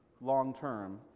long-term